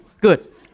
Good